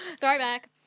throwback